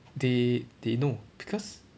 they they know because